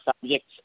subjects